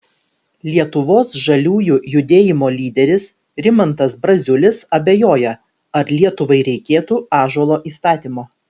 lietuvos žaliųjų judėjimo lyderis rimantas braziulis abejoja ar lietuvai reikėtų ąžuolo įstatymo